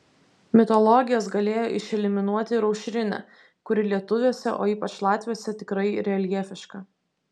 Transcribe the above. mitologijos galėjo išeliminuoti ir aušrinę kuri lietuviuose o ypač latviuose tikrai reljefiška